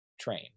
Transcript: Train